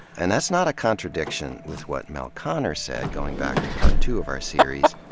and that's not a contradiction with what mel konner says, going back to part two of our series.